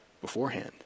beforehand